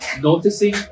noticing